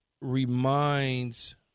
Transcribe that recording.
reminds